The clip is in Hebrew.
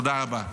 תודה רבה.